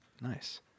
Nice